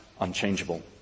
unchangeable